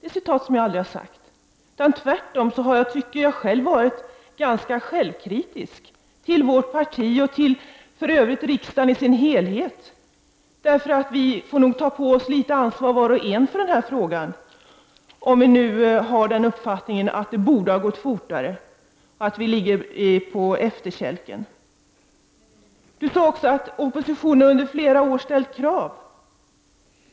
Tvärtom tycker jag att jag har varit ganska självkritisk, mot vårt parti och för övrigt mot riksdagen i dess helhet, för vi får nog ta på oss litet ansvar var och en i den här frågan, om vi nu har uppfattningen att det borde ha gått fortare och att vi ligger på efterkälken. Annika Åhnberg sade också att oppositionen under flera år har ställt krav.